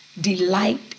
delight